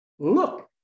Look